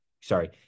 Sorry